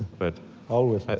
but always.